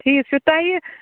ٹھیٖک چھُ تۄہہِ